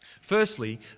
Firstly